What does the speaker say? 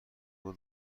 بود